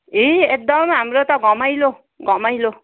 ए एकदम हाम्रो त घमाइलो घमाइलो